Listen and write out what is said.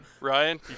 Ryan